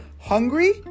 Hungry